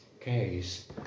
case